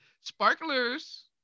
Sparklers